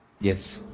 Yes